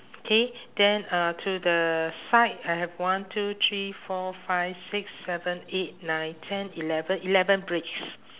okay then uh to the side I have one two three four five six seven eight nine ten eleven eleven bricks